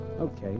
Okay